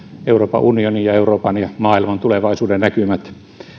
euroopan unionin ja euroopan ja maailman tulevaisuudennäkymät